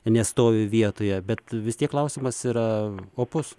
nestovi vietoje bet vis tiek klausimas yra opus